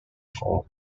for